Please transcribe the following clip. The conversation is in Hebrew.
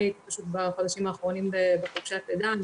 אני הייתי בחודשים האחרונים בחופשת לידה.